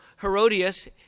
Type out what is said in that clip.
Herodias